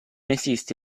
esiste